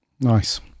nice